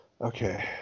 Okay